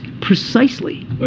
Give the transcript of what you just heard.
precisely